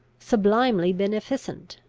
sublimely beneficent.